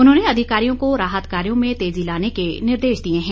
उन्होंने अधिकारियों को राहत कार्यों में तेजी लाने के निर्देश दिए हैं